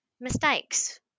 mistakes